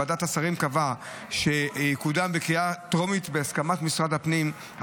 ועדת השרים קבעה שהוא יקודם בקריאה טרומית בהסכמת משרד הפנים,